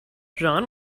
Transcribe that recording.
jean